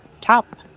top